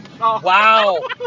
Wow